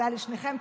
תודה לשניכם.